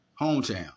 Hometown